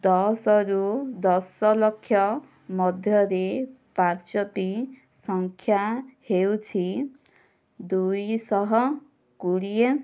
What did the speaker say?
ଦଶରୁ ଦଶ ଲକ୍ଷ ମଧ୍ୟରେ ପାଞ୍ଚଟି ସଂଖ୍ୟା ହେଉଛି ଦୁଇଶହ କୋଡ଼ିଏ